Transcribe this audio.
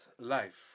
life